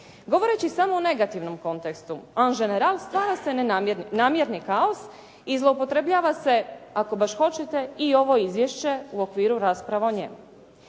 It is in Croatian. Govoreći samo u negativnom kontekstu, … /Govornica se ne razumije./ … stvara se namjerni kaos i zloupotrebljava se ako baš hoćete i ovo izvješće u okviru rasprave o njemu.